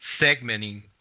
segmenting